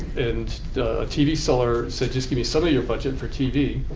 and a tv seller said just give me some of your budget for tv.